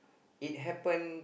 it happen